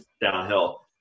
downhill